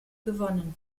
gewonnen